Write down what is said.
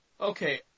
Okay